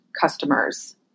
customers